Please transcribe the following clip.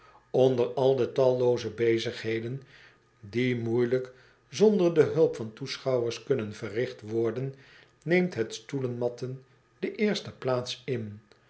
onder al de tallooze bezigheden die moeielijk zonder de hulp van toeschouwers kunnen verricht worden neemt het stoelenmatten de eerste plaats in